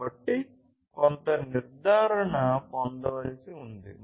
కాబట్టి కొంత నిర్ధారణ పొందవలసి ఉంది